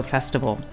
Festival